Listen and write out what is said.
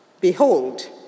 Behold